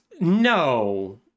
No